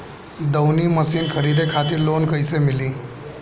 दऊनी मशीन खरीदे खातिर लोन कइसे मिली?